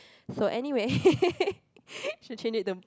so anyway should change it to